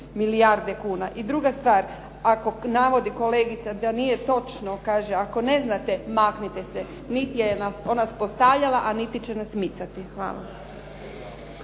milijarde kuna. I druga stvar, ako navodi kolegica da nije točno, kaže ako ne znate, maknite se. Niti je ona nas postavljala, a niti će nas micati. Hvala.